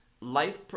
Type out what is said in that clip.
life